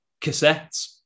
cassettes